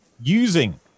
using